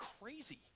crazy